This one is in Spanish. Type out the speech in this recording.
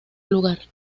lugar